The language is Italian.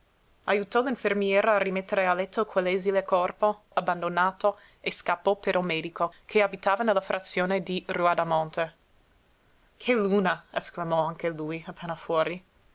ajutò l'infermiera a rimettere a letto quell'esile corpo abbandonato e scappò per il medico che abitava nella frazione di ruadamonte che luna esclamò anche lui appena fuori